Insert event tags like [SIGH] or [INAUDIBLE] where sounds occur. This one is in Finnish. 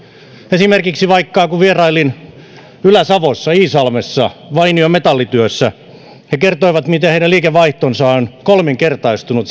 esimerkiksi kun vierailin ylä savossa iisalmessa metallityö vainiossa he kertoivat miten heidän liikevaihtonsa on kolminkertaistunut [UNINTELLIGIBLE]